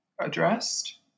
addressed